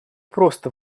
просто